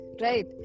right